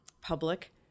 public